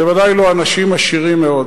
זה ודאי לא אנשים עשירים מאוד.